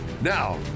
Now